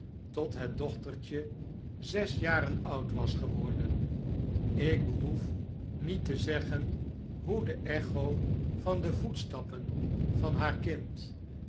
tot het dochtertje zes jaren oud was geworden ik behoef niet te zeggen hoe de echo van de voetstappen van haar kind